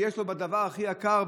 בדבר הכי יקר,